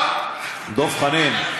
דב חנין,